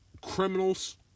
criminals